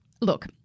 look